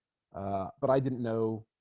ah but i didn't know